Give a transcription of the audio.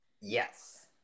Yes